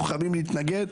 אנחנו חייבים להתנגד,